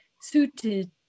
suited